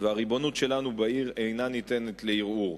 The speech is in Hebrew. והריבונות שלנו בעיר איננה ניתנת לערעור.